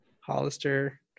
Hollister